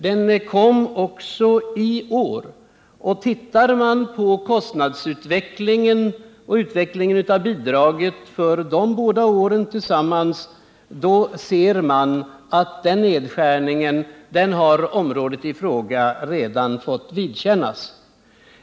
Den kom också i år. Ser man på kostnadsutvecklingen och utvecklingen av bidraget för de båda åren tillsammans, finner man att området i fråga redan har fått vidkännas den nedskärning som kan begäras.